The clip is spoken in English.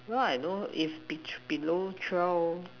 well I know if below twelve